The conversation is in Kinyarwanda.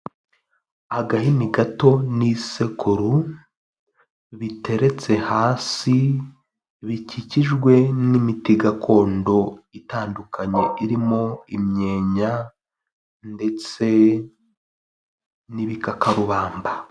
Agahini gato n'isekuru biteretse hasi bikikijwe n'imiti gakondo itandukanye irimo imyenya ndetse n'ibikakarubamba.